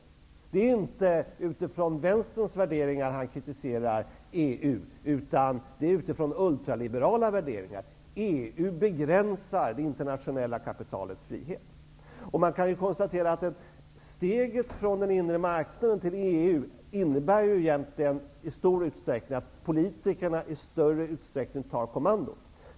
Han kritserar inte EU utifrån Vänsterns värderingar, utan det är utifrån ultraliberala värderingar. EU begränsar det internationella kapitalets frihet. Man kan konstatera att steget från den inre marknaden till EU egentligen innebär att politikerna i större utsträckning tar kommandot.